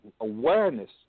awareness